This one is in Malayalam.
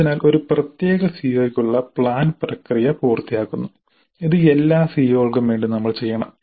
അതിനാൽ ഒരു പ്രത്യേക സിഒയ്ക്കുള്ള പ്ലാൻ പ്രക്രിയ പൂർത്തിയാക്കുന്നു ഇത് എല്ലാ സിഒകൾക്കും വേണ്ടി നമ്മൾ ചെയ്യണം